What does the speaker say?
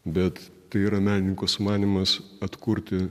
bet tai yra menininko sumanymas atkurti